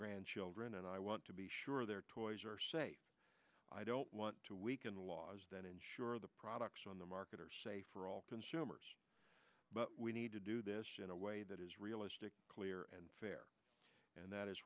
grandchildren and i want to be sure their toys are safe i don't want to weaken the laws that ensure the products on the market are safe are all consumers but we need to do this in a way that is realistic clear and fair and that is